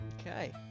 Okay